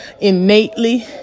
innately